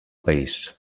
país